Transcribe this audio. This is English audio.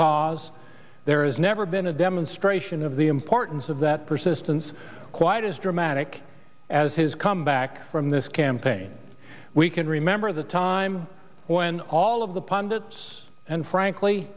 cause there is never been a demonstration of the importance of that persistence quite as dramatic as his comeback from this campaign we can remember the time when all of the pundits and frankly